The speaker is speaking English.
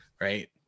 right